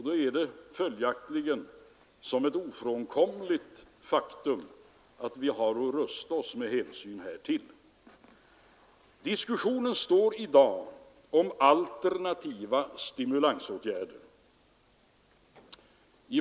Då är det följaktligen ett ofrånkomligt faktum att vi måste rusta oss med hänsyn härtill. Diskussionen står i dag om alternativa stimulansåtgärder.